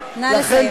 הזמן תם, נא לסיים.